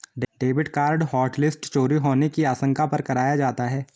debit card hotlist चोरी होने की आशंका पर कराया जाता है